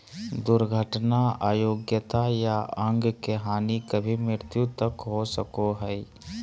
दुर्घटना अयोग्यता या अंग के हानि कभी मृत्यु तक हो सको हइ